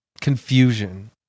confusion